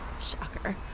Shocker